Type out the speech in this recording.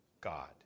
God